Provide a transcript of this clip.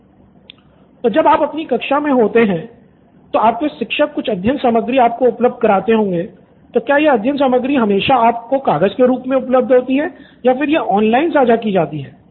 student 1 तो जब आप अपनी कक्षा में होते हैं तो आपके शिक्षक कुछ अध्ययन सामग्री आपको उपलब्ध कराते होंगे तो क्या यह अध्ययन सामग्री हमेशा आपको कागज के रूप मे ही उपलब्ध होती है या फिर यह ऑनलाइन साझा की जाती है